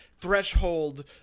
threshold